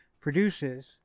produces